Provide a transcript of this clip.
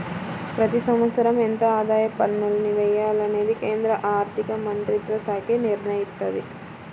ప్రతి సంవత్సరం ఎంత ఆదాయ పన్నుల్ని వెయ్యాలనేది కేంద్ర ఆర్ధికమంత్రిత్వశాఖే నిర్ణయిత్తది